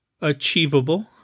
achievable